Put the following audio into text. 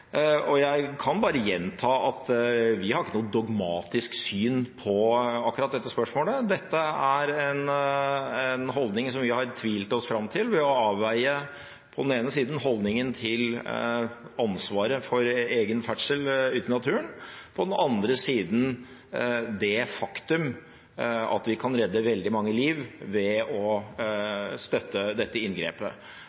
Norge. Jeg kan bare gjenta at vi har ikke noe dogmatisk syn på akkurat dette spørsmålet. Dette er en holdning som vi har tvilt oss fram til ved å avveie på den ene siden holdningen til ansvaret for egen ferdsel ute i naturen og på den andre siden det faktum at vi kan redde veldig mange liv ved å støtte dette inngrepet.